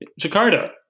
Jakarta